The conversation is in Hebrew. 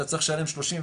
אתה צריך לשלם 31%,